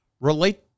relate